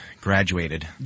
graduated